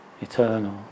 eternal